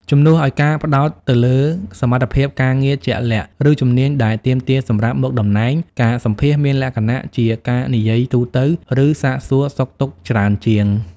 ជំនួសឲ្យការផ្តោតទៅលើសមត្ថភាពការងារជាក់លាក់ ឬជំនាញដែលទាមទារសម្រាប់មុខតំណែង ការសម្ភាសន៍មានលក្ខណៈជាការនិយាយទូទៅ ឬសាកសួរសុខទុក្ខច្រើនជាង។